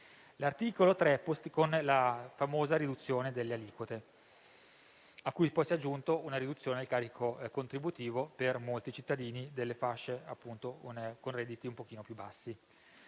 tratta della famosa riduzione delle aliquote, cui poi si è aggiunta una riduzione del carico contributivo per molti cittadini nelle fasce di reddito più basse.